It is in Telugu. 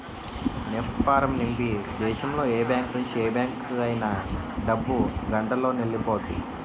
నెఫ్ట్ ఫారం నింపి దేశంలో ఏ బ్యాంకు నుంచి ఏ బ్యాంక్ అయినా డబ్బు గంటలోనెల్లిపొద్ది